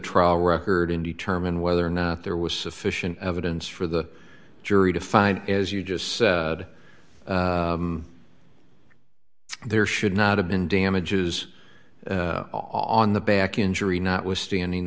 trial record and determine whether or not there was sufficient evidence for the jury to find as you just said there should not have been damages on the back injury notwithstanding